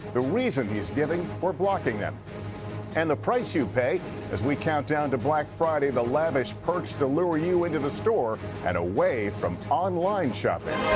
the reason he is giving for blocking them and the price you pay as we count down to black friday. the lavish perks to lure you into the store and away from online shopping.